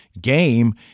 game